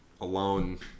alone